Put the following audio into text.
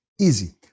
easy